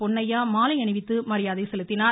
பொன்னையா மாலை அணிவித்து மரியாதை செலுத்தினார்